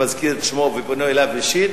מזכיר את שמו ופונה אליו אישית,